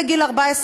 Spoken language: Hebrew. בגיל 14,